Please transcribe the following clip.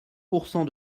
pourcent